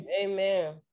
Amen